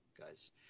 guys